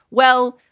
well,